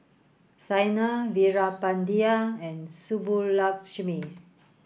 Saina Veerapandiya and Subbulakshmi